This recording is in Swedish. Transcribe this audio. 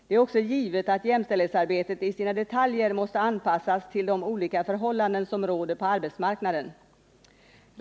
Det är också givet att jämställdhetsarbetet i sina detaljer måste anpassas till de olika förhållanden som råder på arbetsmarknaden.